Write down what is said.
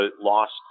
lost